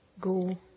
Go